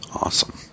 Awesome